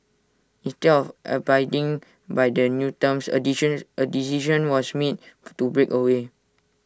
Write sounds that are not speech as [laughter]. instead of abiding by the new terms A [unintelligible] A decision was made [noise] to break away